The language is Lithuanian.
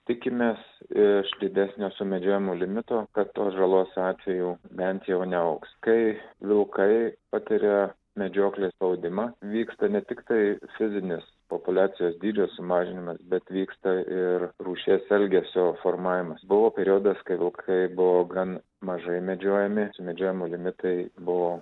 tikimės iš didesnio sumedžiojimo limito kad tos žalos atvejų bent jau neaugs kai vilkai patiria medžioklės spaudimą vyksta ne tiktai fizinis populiacijos dydžio sumažinimas bet vyksta ir rūšies elgesio formavimas buvo periodas kai vilkai buvo gan mažai medžiojami sumedžiojimo limitai buvo